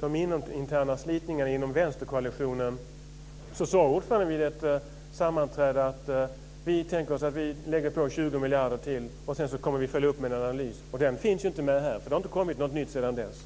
de interna slitningarna inom vänsterkoalitionen sade ordföranden vid ett sammanträde att man tänkte lägga på 20 miljarder till och sedan följa upp det med en analys. Någon sådan analys finns inte med här, och det har inte kommit något nytt sedan dess.